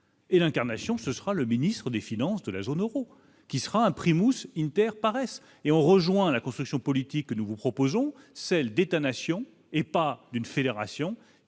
Et l'incarnation, ce sera le ministre des Finances de la zone Euro qui sera un prix s'une perd paraissent et ont rejoint la construction politique que nous vous proposons celle d'États-Nations et pas d'une fédération